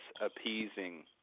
appeasing